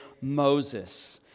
Moses